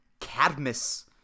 Cadmus